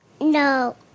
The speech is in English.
No